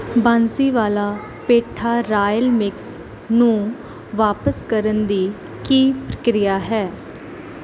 Bansiwala petha royal mix ਨੂੰ ਵਾਪਸ ਕਰਨ ਦੀ ਕੀ ਪ੍ਰਕਿਰਿਆ ਹੈ